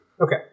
Okay